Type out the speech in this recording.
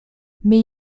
mais